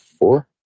four